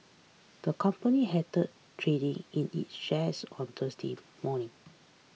the company halted trading in its shares on Thursday morning